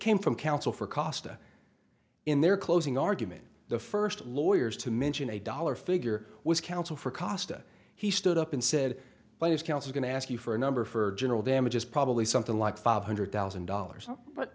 came from counsel for costa in their closing argument the first lawyers to mention a dollar figure was counsel for costa he stood up and said but his counsel going to ask you for a number for general damages probably something like five hundred thousand dollars but